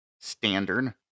standard